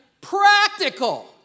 Practical